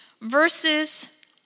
versus